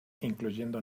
incluyendo